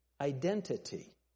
identity